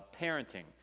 parenting